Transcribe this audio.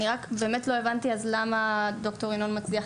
אני רק לא הבנתי למה ד"ר ינון מצליח